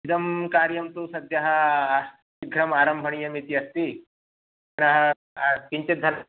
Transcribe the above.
इदं कार्यं तु सद्यः शीघ्रम् आरम्भनीयम् इति अस्ति पुनः किञ्चिद्धनम्